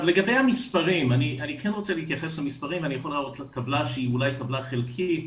אני רוצה להתייחס למספרים ואני יכול להראות טבלה שהיא אולי טבלה חלקית,